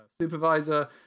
supervisor